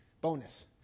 Bonus